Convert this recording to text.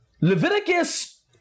Leviticus